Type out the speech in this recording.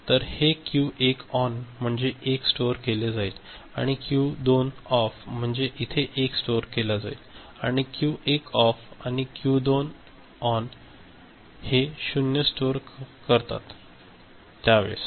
तर हे Q 1 on म्हणजे 1 स्टोर केले जाईल आणि क्यू 2 ऑफ म्हणजे इथे 1 स्टोर केला आणि क्यू 1 ऑफ आणि क्यू 2 ऑन हे 0 स्टोर करतात त्यावेळेस